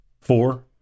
four